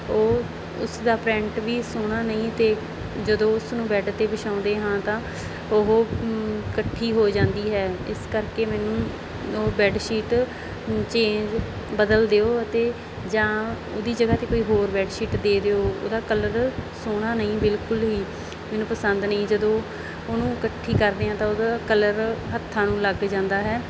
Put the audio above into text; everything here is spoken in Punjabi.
ਉਹ ਉਸਦਾ ਪ੍ਰਿੰਟ ਵੀ ਸੋਹਣਾ ਨਹੀਂ ਅਤੇ ਜਦੋਂ ਉਸ ਨੂੰ ਬੈਡ 'ਤੇ ਵਿਛਾਉਂਦੇ ਹਾਂ ਤਾਂ ਉਹ ਇਕੱਠੀ ਹੋ ਜਾਂਦੀ ਹੈ ਇਸ ਕਰਕੇ ਮੈਨੂੰ ਉਹ ਬੈਡ ਸ਼ੀਟ ਚੇਂਜ ਬਦਲ ਦਿਓ ਅਤੇ ਜਾਂ ਉਹਦੀ ਜਗ੍ਹਾ 'ਤੇ ਕੋਈ ਹੋਰ ਬੈਡ ਸ਼ੀਟ ਦੇ ਦਿਓ ਉਹਦਾ ਕਲਰ ਸੋਹਣਾ ਨਹੀਂ ਬਿਲਕੁਲ ਹੀ ਮੈਨੂੰ ਪਸੰਦ ਨਹੀਂ ਜਦੋਂ ਉਹਨੂੰ ਇਕੱਠੀ ਕਰਦੇ ਆ ਤਾਂ ਉਹਦਾ ਕਲਰ ਹੱਥਾਂ ਨੂੰ ਲੱਗ ਜਾਂਦਾ ਹੈ